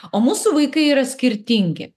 o mūsų vaikai yra skirtingi